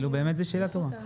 זו באמת שאלה טובה.